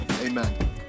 Amen